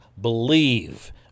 believe